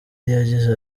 yagize